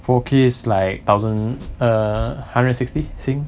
four K is like thousand err hundred sixty sin